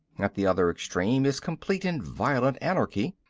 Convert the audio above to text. at the other extreme is complete and violent anarchy.